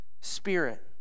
spirit